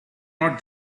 not